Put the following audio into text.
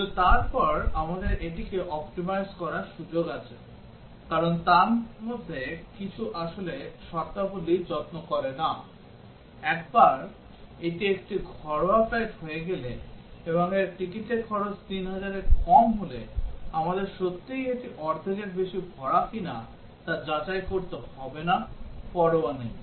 কিন্তু তারপর আমাদের এটিকে অপ্টিমাইজ করার সুযোগ আছে কারণ এর মধ্যে কিছু আসলে শর্তাবলী যত্ন করে না একবার এটি একটি ঘরোয়া ফ্লাইট হয়ে গেলে এবং এর টিকিটের খরচ 3000 এর কম হলে আমাদের সত্যিই এটি অর্ধেকের বেশি ভরা কি না তা যাচাই করতে হবে না পরোয়া নেই